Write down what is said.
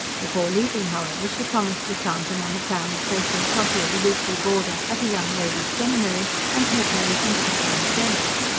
before leaving, however, she promised to sound him on the plan of placing trotty as a weekly boarder at a young ladies' seminary, and taking the infant in her place.